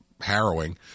harrowing